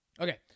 okay